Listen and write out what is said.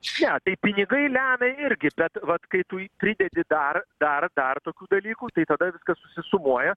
ne tai pinigai lemia ir bet vat kai tui pridedi dar dar dar tokių dalykų tai tada viskas susisumuoja